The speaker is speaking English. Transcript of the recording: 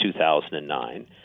2009